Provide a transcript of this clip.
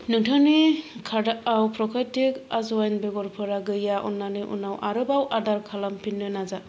नोंथांनि कार्टआव प्राकृतिक आजवाइन बेगरफोरा गैया अन्नानै उनाव आरोबाव अर्डार खालामफिन्नो नाजा